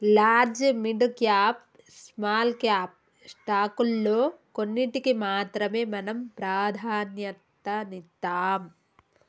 large, mid cap, small cap స్టాకుల్లో కొన్నిటికి మాత్రమే మనం ప్రాధన్యతనిత్తాం